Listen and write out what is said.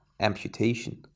amputation